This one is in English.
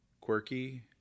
Quirky